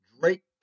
Drake